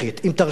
אם תרשי לי.